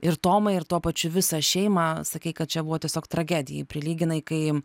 ir tomą ir tuo pačiu visą šeimą sakei kad čia buvo tiesiog tragedijai prilyginai kai